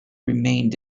remained